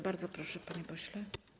Bardzo proszę, panie pośle.